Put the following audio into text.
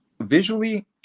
visually